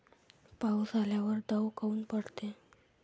पाऊस आल्यावर दव काऊन पडते?